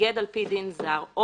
שהתאגד על פי דין זר או